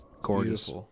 gorgeous